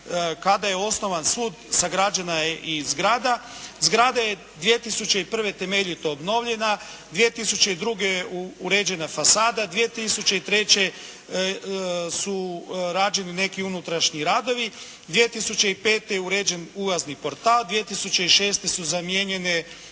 kada je osnovan sud sagrađena je i zgrada. Zgrada je 2001. temeljito obnovljena. 2002. uređena je fasada. 2003. su rađeni neki unutrašnji radovi. 2005. je uređen ulazni portal. 2006. su zamijenjene